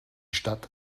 stadt